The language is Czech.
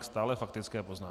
Stále faktické poznámky.